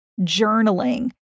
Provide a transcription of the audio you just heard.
journaling